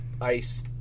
ice